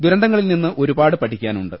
ദുരന്തങ്ങളിൽ നിന്ന് ഒരുപാട് പഠിക്കാനുണ്ട്